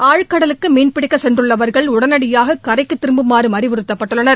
ஆழ்கடலுக்கு மீன்பிடிக்கச் சென்றுள்ளவர்கள் உடனடியாக கரைக்குத் திரும்புமாறும் அறிவுறுத்தப்பட்டுள்ளனர்